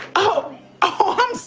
oh oh